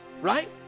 right